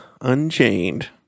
Unchained